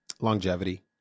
Longevity